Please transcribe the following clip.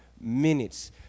minutes